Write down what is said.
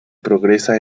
progresa